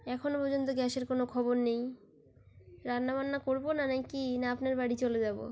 এখনও পর্যন্ত গ্যাসের কোনো খবর নেই রান্না বান্না করব না না কি না আপনার বাড়ি চলে যাব